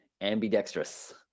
ambidextrous